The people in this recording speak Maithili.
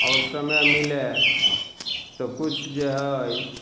आओर समय मिलय तऽ किछु जे हइ